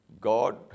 God